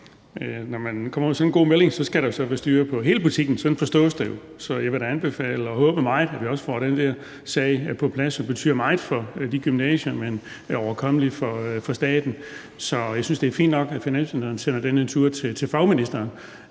Når man kommer med sådan en god melding, skal der så være styr på hele butikken, sådan forstås det jo. Så jeg vil da anbefale og meget håbe, at vi også får den der sag på plads, som betyder meget for de gymnasier, men er overkommelig for staten. Så jeg synes, det er fint nok, at finansministeren sender den retur til fagministeren,